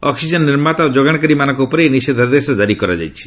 oxygen ନିର୍ମାତା ଓ ଯୋଗାଣକାରୀମାନଙ୍କ ଉପରେ ଏହି ନିଷେଦ୍ଧାଦେଶ ଜାରି କରାଯାଇଛି